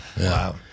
Wow